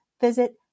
visit